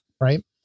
right